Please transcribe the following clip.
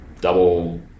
Double